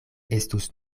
estus